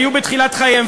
היו בתחילת חייהם,